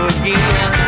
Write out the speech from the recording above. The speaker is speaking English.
again